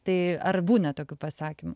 tai ar būna tokių pasakymų